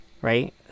right